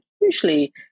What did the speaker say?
usually